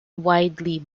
widely